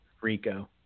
Rico